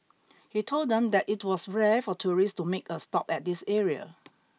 he told them that it was rare for tourists to make a stop at this area